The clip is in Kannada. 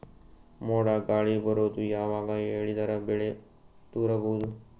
ಮೋಡ ಗಾಳಿ ಬರೋದು ಯಾವಾಗ ಹೇಳಿದರ ಬೆಳೆ ತುರಬಹುದು?